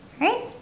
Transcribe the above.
right